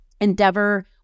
endeavor